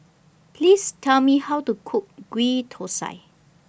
Please Tell Me How to Cook Ghee Thosai